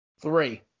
Three